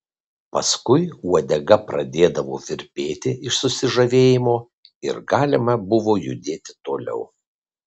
paskui uodega pradėdavo virpėti iš susižavėjimo ir galima buvo judėti toliau